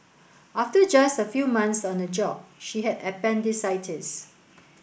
after just a few months on the job she had appendicitis